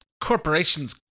corporations